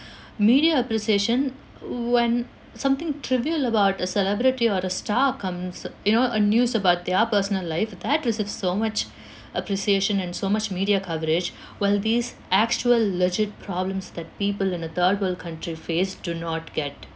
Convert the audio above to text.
media appreciation wh~ when something trivial about a celebrity or a star comes you know uh news about their personal life that receives so much appreciation and so much media coverage while this actual legit problems that people in the third world country face do not get